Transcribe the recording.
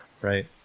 right